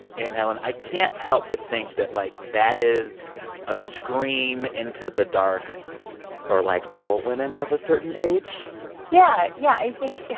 anne helen, i can't help but think that, like, that is a scream into the dark for, like, all women of a certain age yeah. yeah. i think, yeah